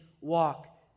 walk